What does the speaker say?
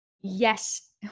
yes